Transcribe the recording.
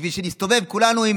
בשביל שנסתובב כולנו עם